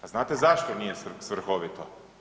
A znate zašto nije svrhovito?